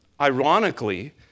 Ironically